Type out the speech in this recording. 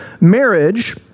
Marriage